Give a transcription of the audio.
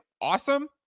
awesome